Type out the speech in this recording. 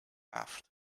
halved